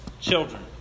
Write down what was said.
children